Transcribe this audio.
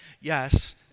Yes